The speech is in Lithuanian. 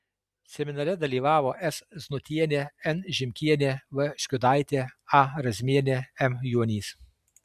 seminare dalyvavo s znutienė n žimkienė v škiudaitė a razmienė m juonys